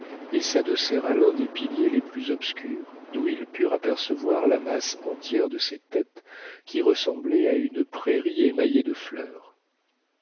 et s'adossèrent à l'un des piliers les plus obscurs d'où ils purent apercevoir la masse entière de ces têtes qui ressemblaient à une prairie émaillée de fleurs